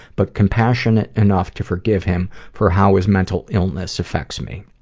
but compassionate enough to forgive him for how his mental illness affects me.